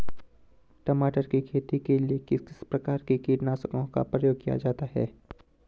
टमाटर की खेती के लिए किस किस प्रकार के कीटनाशकों का प्रयोग किया जाता है?